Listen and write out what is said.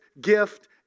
gift